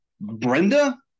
Brenda